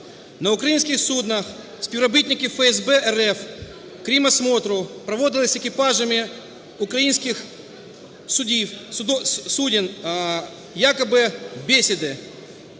На українських суднах співробітники ФС РФ, крім осмотру проводили з екіпажами українських суден якоби бесіди.